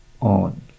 on